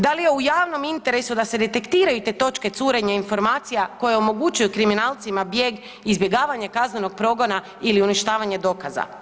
Da li je u javnom interesu da se detektiraju te točke curenja informacija koje omogućuju kriminalcima bijeg, izbjegavanje kaznenog progona ili uništavanje dokaza?